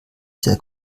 sehr